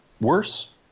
worse